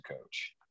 coach